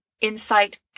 insight